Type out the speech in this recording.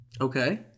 Okay